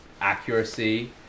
accuracy